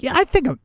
yeah i think, ah